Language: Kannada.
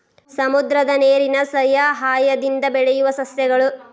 ಸಮುದ್ರದ ನೇರಿನ ಸಯಹಾಯದಿಂದ ಬೆಳಿಯುವ ಸಸ್ಯಗಳು